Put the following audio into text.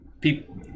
people